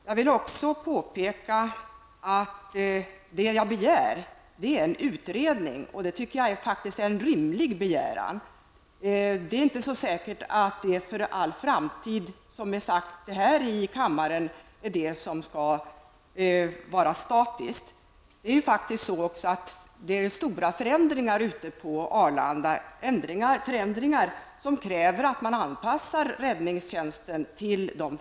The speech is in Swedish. Jag vill också påpeka att jag begär en utredning, och det tycker jag faktiskt är en rimlig begäran. Det är inte så säkert att det som har sagts i denna kammare skall vara statiskt för all framtid. På Arlanda sker stora förändringar, förändringar som kräver att man anpassar räddningstjänsten.